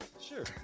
Sure